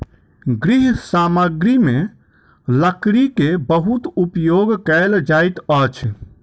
गृह सामग्री में लकड़ी के बहुत उपयोग कयल जाइत अछि